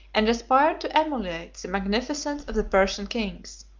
and aspired to emulate the magnificence of the persian kings.